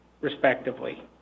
respectively